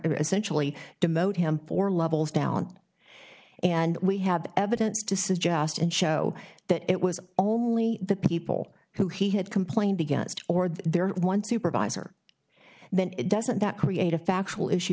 essentially demote him four levels down and we have evidence to suggest and show that it was only the people who he had complained against or there one supervisor then doesn't that create a factual issue